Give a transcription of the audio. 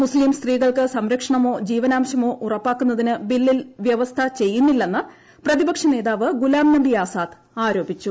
മുസ്ലിം സ്ത്രീകൾക്ക് സംരക്ഷണമൊ ജീവനാംശമോ ഉറപ്പാക്കുന്നതിന് ബില്ലിൽ വൃവസ്ഥ ചെയ്യുന്നില്ലെന്ന് പ്രതിപക്ഷ നേതാവ് ഗുലാംനബി ആസാദ് ആരോപിച്ചു